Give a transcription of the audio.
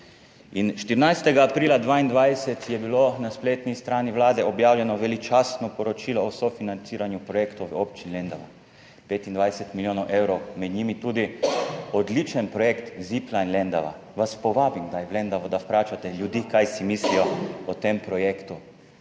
in 14. aprila 2022 je bilo na spletni strani Vlade objavljeno veličastno poročilo o sofinanciranju projektov v občini Lendava. 25 milijonov evrov, med njimi tudi odličen projekt Zipline Lendava. Vas povabim kdaj v Lendavo, da vprašate ljudi, kaj si mislijo o tem projektu?